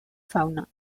fauna